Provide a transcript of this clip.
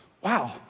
Wow